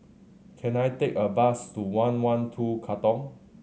can I take a bus to one One Two Katong